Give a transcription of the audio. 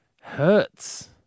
hurts